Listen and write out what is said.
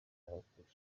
n’abakunzi